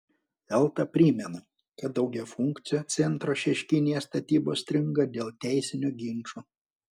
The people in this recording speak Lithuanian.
elta primena kad daugiafunkcio centro šeškinėje statybos stringa dėl teisinių ginčų